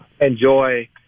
enjoy